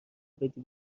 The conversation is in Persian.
بدی